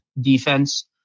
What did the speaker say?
defense